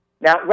Now